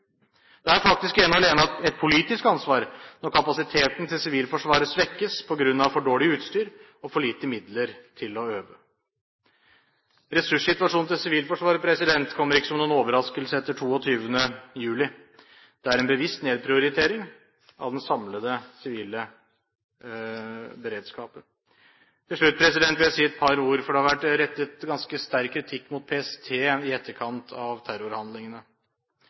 Det er faktisk ene og alene et politisk ansvar når kapasiteten til Sivilforsvaret svekkes på grunn av for dårlig utstyr og for lite midler til å øve. Ressurssituasjonen til Sivilforsvaret kommer ikke som noen overraskelse etter 22. juli. Det er en bevisst nedprioritering av den samlede sivile beredskapen. Til slutt vil jeg si et par ord om PST, for det har vært rettet ganske sterk kritikk mot PST i etterkant av terrorhandlingene.